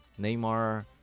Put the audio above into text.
Neymar